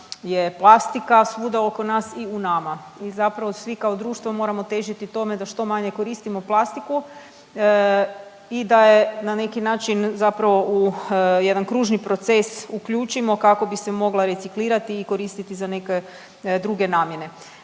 je plastika svuda oko nas i u nama i zapravo svi kao društvo moramo težiti tome da što manje koristimo plastiku i da je na neki način zapravo u jedan kružni proces uključimo kako bi se mogla reciklirati i koristiti za neke druge namjene.